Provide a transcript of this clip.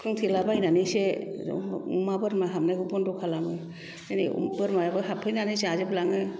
खोंथेला बायनानैसो अमा बोरमा हाबनायखौ बन्द' खालामो जेरै बोरमायाबो हाबफैनानै जाजोबलाङो